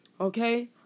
Okay